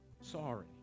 sorry